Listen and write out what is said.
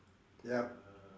yup